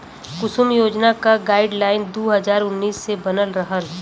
कुसुम योजना क गाइडलाइन दू हज़ार उन्नीस मे बनल रहल